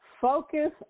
Focus